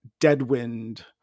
Deadwind